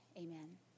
amen